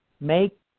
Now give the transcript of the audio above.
make